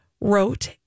wrote